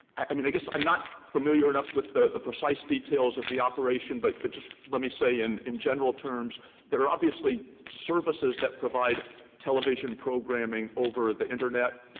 i mean i guess i'm not familiar enough with the precise details of the operation, but but just let me say in in general terms there are obviously services that provide television programming over the internet.